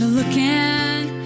looking